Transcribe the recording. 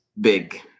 big